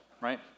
right